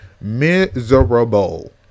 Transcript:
Miserable